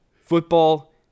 Football